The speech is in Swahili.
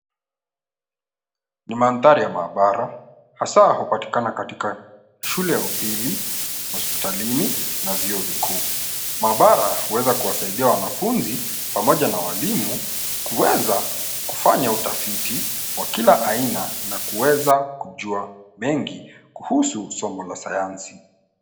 Ni mandhari ya maabara, hasa hupatikana katika shule ya upili, hospitalini na vyuo vikuu. Maabara huweza kuwasaidia wanafunzi pamoja na walimu kuweza kufanya utafiti wa kila aina na kuweza kujua mengi kuhusu somo la sayansi.